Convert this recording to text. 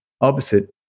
opposite